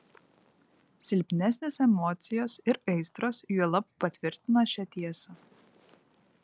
silpnesnės emocijos ir aistros juolab patvirtina šią tiesą